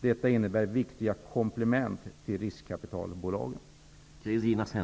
Det innebär viktiga komplement till riskkapitalbolagen.